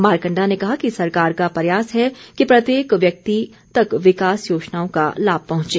मारकण्डा ने कहा कि सरकार का प्रयास है कि प्रत्येक व्यक्ति तक विकास योजनाओं का लाभ पहुंचे